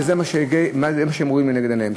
וזה מה שהם רואים לנגד עיניהם.